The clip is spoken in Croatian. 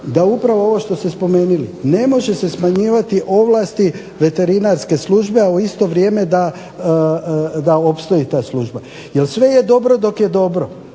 da upravo ovo što ste spomenuli ne može se smanjivati ovlasti veterinarske službe, a u isto vrijeme da opstoji ta služba, jer sve je dobro dok je dobro,